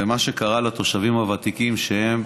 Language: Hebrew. ומה שקרה לתושבים הוותיקים, שהם,